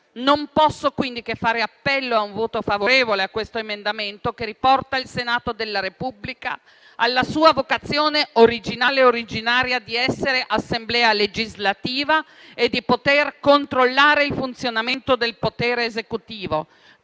Non posso quindi che fare appello a un voto favorevole a questo emendamento, che riporta il Senato della Repubblica alla sua vocazione originale e originaria di essere Assemblea legislativa e di poter controllare il funzionamento del potere esecutivo.